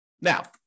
Now